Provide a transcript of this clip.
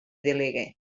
delegue